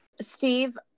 Steve